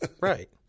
right